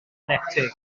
enetig